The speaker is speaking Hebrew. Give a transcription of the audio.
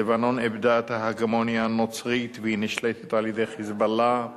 לבנון איבדה את ההגמוניה הנוצרית והיא נשלטת על-ידי "חיזבאללה".